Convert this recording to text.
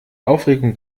aufregung